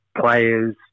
players